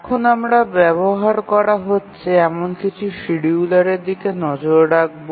এখন আমরা ব্যবহার করা হচ্ছে এমন কিছু শিডিয়ুলারের দিকে নজর রাখব